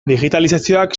digitalizazioak